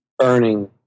earning